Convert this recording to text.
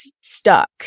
stuck